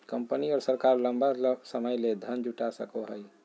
company और सरकार लंबा समय ले धन जुटा सको हइ